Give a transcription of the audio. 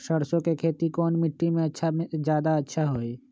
सरसो के खेती कौन मिट्टी मे अच्छा मे जादा अच्छा होइ?